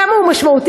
כמה הוא משמעותי,